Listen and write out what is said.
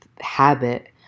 habit